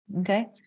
Okay